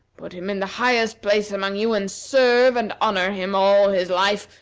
put him in the highest place among you, and serve and honor him all his life,